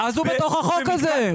אז הוא בתוך החוק הזה.